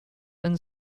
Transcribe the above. and